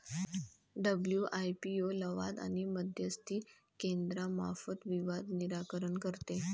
WIPO लवाद आणि मध्यस्थी केंद्रामार्फत विवाद निराकरण करते